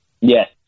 Yes